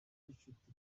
gicuti